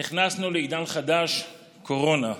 נכנסנו לעידן חדש, קורונה.